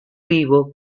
vivo